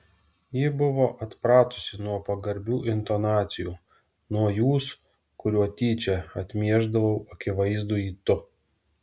ji buvo atpratusi nuo pagarbių intonacijų nuo jūs kuriuo tyčia atmiešdavau akivaizdųjį tu